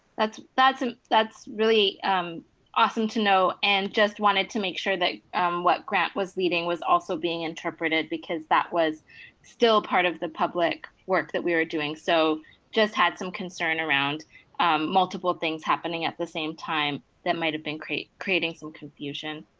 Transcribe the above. that's that's and really um awesome to know. and just wanted to make sure that um what grant was leading was also being interpreted because that was still part of the public work that we were doing. so just had some concern around multiple things happening at the same time that might have been creating creating some confusion.